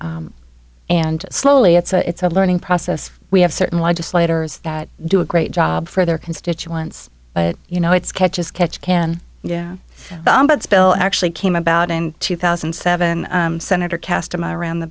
and slowly it's a learning process we have certain legislators that do a great job for their constituents but you know it's catch as catch can yeah but still actually came about in two thousand and seven senator casta my around the